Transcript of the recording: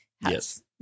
Yes